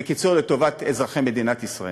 בקיצור, לטובת אזרחי מדינת ישראל.